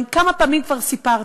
כמה פעמים כבר סיפרתי: